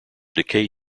decay